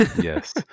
Yes